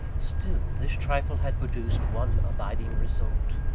still, this trifle had produced one abiding result.